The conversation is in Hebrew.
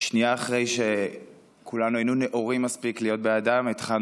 שנייה אחרי שכולנו היינו נאורים מספיק להיות בעדם התחלנו